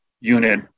unit